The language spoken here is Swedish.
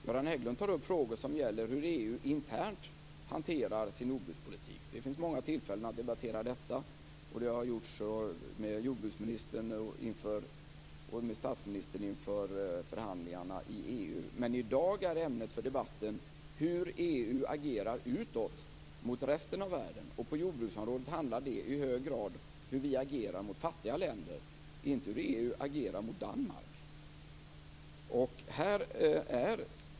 Göran Hägglund tar upp frågor om hur EU internt hanterar sin jordbrukspolitik. Det finns många tillfällen att debattera det, och det har gjorts med jordbruksministern och med statsministern inför förhandlingarna i EU. Men i dag är ämnet för debatten hur EU agerar utåt mot resten av världen. På jordbruksområdet handlar det i hög grad om hur vi agerar mot fattiga länder och inte om hur EU agerar mot Danmark.